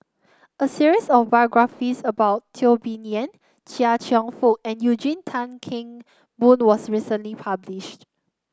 a series of biographies about Teo Bee Yen Chia Cheong Fook and Eugene Tan Kheng Boon was recently published